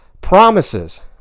promises